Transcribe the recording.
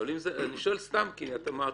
אני שואל סתם כי את אמרת